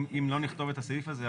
אם לא נכתוב את הסעיף הזה,